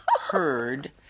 heard